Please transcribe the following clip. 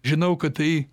žinau kad tai